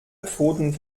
pfoten